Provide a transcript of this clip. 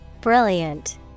brilliant